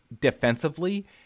defensively